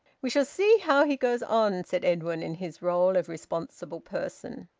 we shall see how he goes on, said edwin, in his role of responsible person.